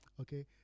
okay